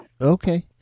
Okay